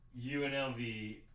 UNLV